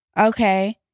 Okay